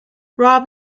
rob